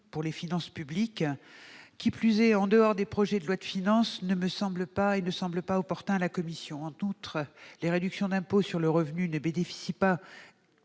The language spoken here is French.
pour les finances publiques, qui plus est en dehors des projets de loi de finances, ne semble pas opportun à la commission. En outre, les réductions d'impôt sur le revenu ne bénéficient par